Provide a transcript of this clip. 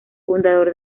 fundador